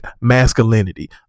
masculinity